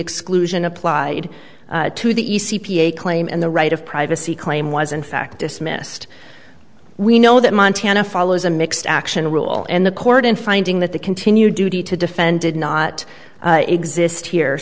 exclusion applied to the e c p a claim and the right of privacy claim was in fact dismissed we know that montana follows a mixed action rule and the court in finding that the continued duty to defend did not exist here